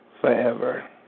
Forever